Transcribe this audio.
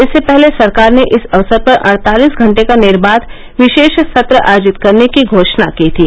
इससे पहले सरकार ने इस अवसर पर अड़तालीस घंटे का निर्बाध विशेष सत्र आयोजित करने की घोषणा की थी